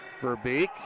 Verbeek